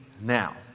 now